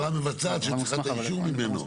אבל החברה המבצעת צריכה את האישור ממנו.